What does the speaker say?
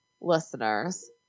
listeners